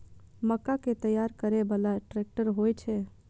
मक्का कै तैयार करै बाला ट्रेक्टर होय छै?